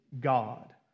God